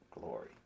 glory